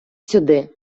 сюди